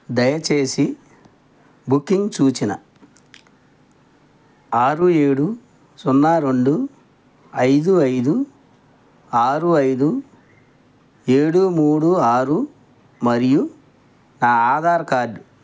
దయచేసి బుకింగ్ సూచన ఆరు ఏడు సున్నా రెండు ఐదు ఐదు ఆరు ఐదు ఏడు మూడు ఆరు మరియు నా ఆధార్ కార్డ్